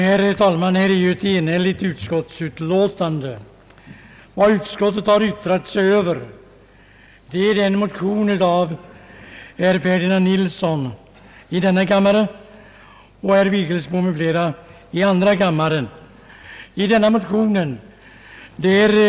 Herr talman! Här föreligger ett enhälligt utskottsutlåtande. Vad utskottet har yttrat sig över är den motion som herr Ferdinand Nilsson m.fl. i denna kammare och herr Vigelsbo m.fl. i andra kammaren har väckt under denna punkt.